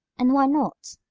and why not?